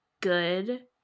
good